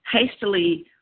hastily